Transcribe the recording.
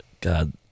God